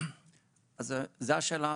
אז זה השאלה,